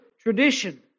tradition